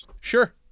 Sure